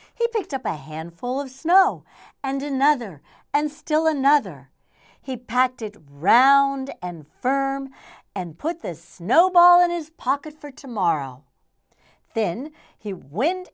he picked up a handful of snow and another and still another he packed it round and firm and put this snowball in his pocket for tomorrow then he w